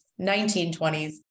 1920s